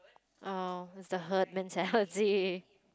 oh it's the herd mentality